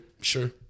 sure